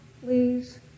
please